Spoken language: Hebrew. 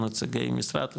או נציגי משרד,